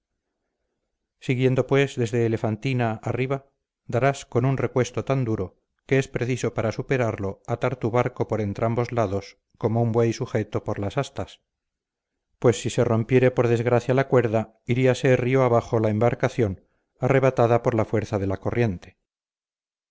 siguiendo pues desde elefantina arriba darás con un recuesto tan arduo que es preciso para superarlo atar tu barco por entrambos lados como un buey sujeto por las astas pues si se rompiere por desgracia la cuerda iríase río abajo la embarcación arrebatada por la fuerza de la corriente